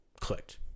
clicked